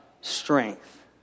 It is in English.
strength